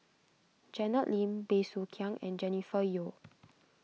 Janet Lim Bey Soo Khiang and Jennifer Yeo